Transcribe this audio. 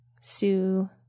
Sue